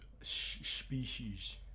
species